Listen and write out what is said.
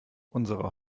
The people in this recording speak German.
unsere